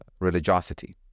religiosity